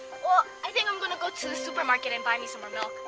well, i think i'm gonna go to the supermarket and buy me some more milk.